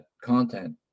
content